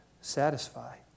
satisfy